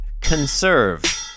Conserve